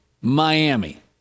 Miami